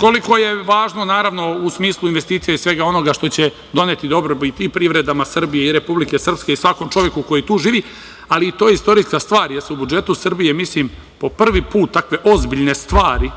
koliko je važno u smislu investicija i svega onoga što će doneti dobrobit i privredi Srbije i Republike Srpske i svakom čoveku koji tu živi, ali to je istorijska stvar jer se u budžetu Srbije, mislim, po prvi put takve ozbiljne stvari,